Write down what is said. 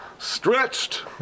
Stretched